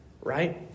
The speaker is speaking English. right